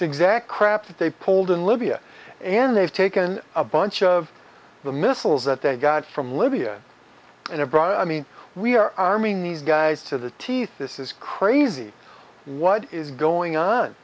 exact crap that they pulled in libya and they've taken a bunch of the missiles that they got from libya and abroad i mean we are arming these guys to the teeth this is crazy what is going on